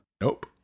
Nope